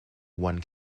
one